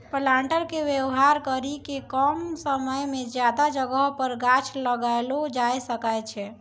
planter के वेवहार करी के कम समय मे ज्यादा जगह पर गाछ लगैलो जाय सकै छै